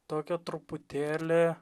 tokio truputėlį